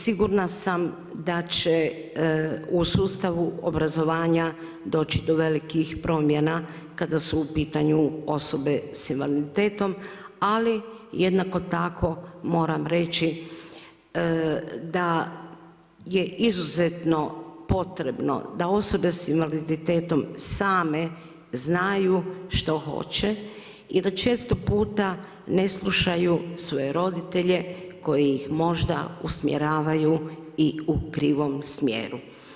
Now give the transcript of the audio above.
Sigurna sam da će u sustavu obrazovanja doći do velikih promjena kada su u pitanju osobe sa invaliditetom ali jednako tako moram reći da je izuzetno potrebno da osobe sa invaliditetom same znaju što hoće i da često puta ne slušaju svoje roditelje koji ih možda usmjeravaju i u krivom smjeru.